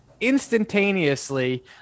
instantaneously